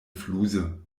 fluse